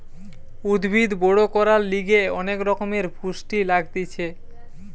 উদ্ভিদ বড় করার লিগে অনেক রকমের পুষ্টি লাগতিছে